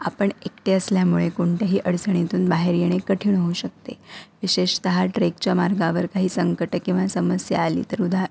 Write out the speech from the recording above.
आपण एकटे असल्यामुळे कोणत्याही अडचणीतून बाहेर येणे कठीण होऊ शकते विशेषतः ट्रेकच्या मार्गावर काही संकटं किंवा समस्या आली तर उदार